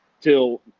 till